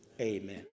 amen